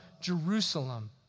Jerusalem